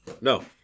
No